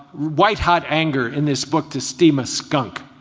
white, hot anger in this book to steam a skunk.